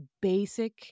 basic